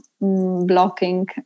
blocking